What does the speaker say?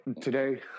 today